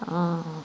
ఆహ